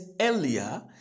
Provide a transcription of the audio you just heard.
earlier